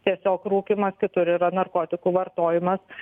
tiesiog rūkymas kitur yra narkotikų vartojimas